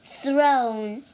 Throne